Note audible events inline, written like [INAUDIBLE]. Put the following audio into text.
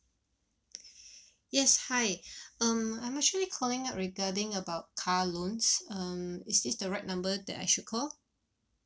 [BREATH] yes hi um I'm actually calling up regarding about car loans um is this the right number that I should call